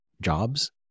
jobs